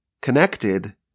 connected